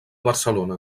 barcelona